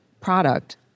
product